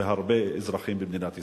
והרבה אזרחים במדינת ישראל.